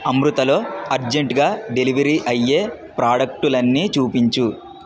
అమృతలో అర్జంట్గా డెలివరీ అయ్యే ప్రోడక్టులన్నీ చూపించుము